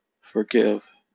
forgive